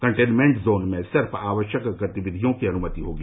containment zone में सिर्फ आवश्यक गतिविधियों की अनुमति होगी